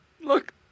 Look